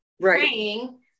praying